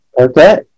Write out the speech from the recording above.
Okay